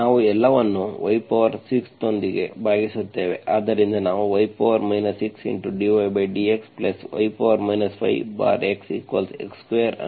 ನಾವು ಎಲ್ಲವನ್ನೂ y6 ನೊಂದಿಗೆ ಭಾಗಿಸುತ್ತೇವೆ ಆದ್ದರಿಂದ ನಾವು y 6dydxy 5xx2